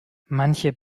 manche